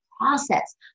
process